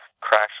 crash